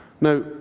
Now